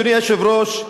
אדוני היושב-ראש,